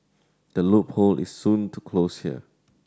the loophole is soon to close here